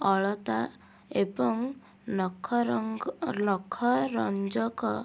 ଅଲତା ଏବଂ ନଖ ରଙ୍ଗ ନଖ ରଞ୍ଜକ